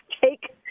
take